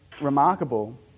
remarkable